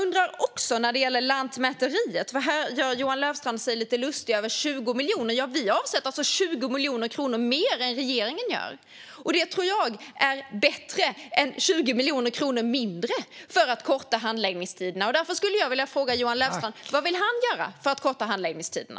När det gäller Lantmäteriet gör Johan Löfstrand sig lustig över 20 miljoner. Ja, vi avsätter alltså 20 miljoner kronor mer än regeringen gör. Det tror jag är bättre än 20 miljoner kronor mindre för att korta handläggningstiderna. Därför skulle jag vilja fråga: Vad vill Johan Löfstrand göra för att korta handläggningstiderna?